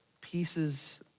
pieces